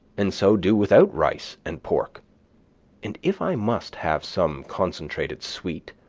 and so do without rice and pork and if i must have some concentrated sweet,